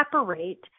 separate